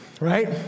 right